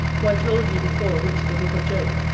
who i told you before writ the book of job,